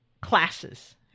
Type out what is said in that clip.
classes